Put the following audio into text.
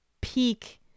peak